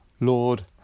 Lord